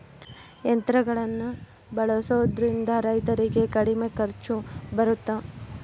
ಯಂತ್ರಗಳನ್ನ ಬಳಸೊದ್ರಿಂದ ರೈತರಿಗೆ ಕಡಿಮೆ ಖರ್ಚು ಬರುತ್ತಾ?